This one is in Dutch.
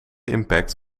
impact